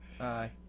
Aye